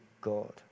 God